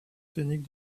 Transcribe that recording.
scéniques